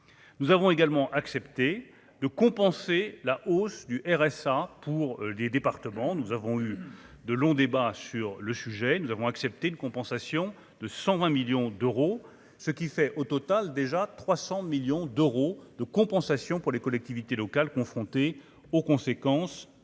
nous avons également accepté de compenser la hausse du RSA pour les départements, nous avons eu de longs débats sur le sujet, nous avons accepté une compensation de 120 millions d'euros, ce qui fait au total déjà 300 millions d'euros de compensation pour les collectivités locales, confrontés aux conséquences